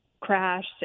crashed